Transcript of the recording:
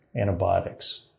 antibiotics